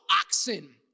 oxen